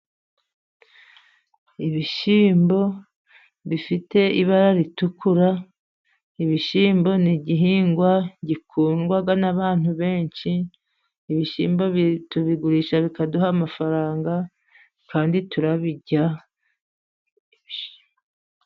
Ibishyimbo bifite ibara ritukura, ibishyimbo ni igihingwa gikundwa n'abantu benshi, ibishyimbo turabigurisha bikaduha amafaranga kandi turabirya.